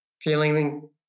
feeling